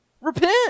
repent